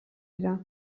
dira